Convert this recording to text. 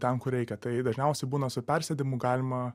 ten kur reikia tai dažniausiai būna su persėdimu galima